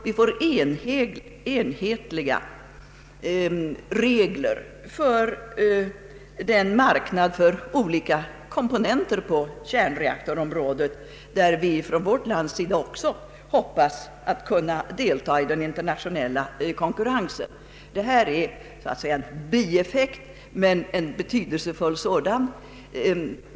Vi får enhetliga regler för den marknad för olika komponenter på kärnreaktorområdet, där vi från vårt lands sida också hoppas kunna delta i den internationella konkurrensen. Detta är en bieffekt, men en betydelsefull sådan.